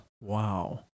Wow